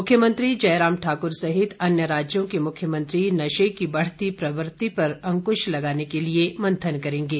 मुख्यमंत्री जय राम ठाकुर सहित अन्य राज्यों के सुख्यमंत्री नशे की बढ़ती प्रवृत्ति पर अंकुश लगाने के लिए मंथन करेंगे